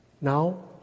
Now